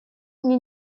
мне